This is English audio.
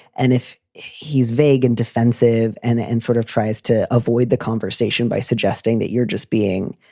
and if he's vague and defensive and and sort of tries to avoid the conversation by suggesting that you're just being,